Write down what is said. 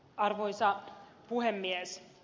arvoisa puhemies